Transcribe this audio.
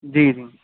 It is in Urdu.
جی جی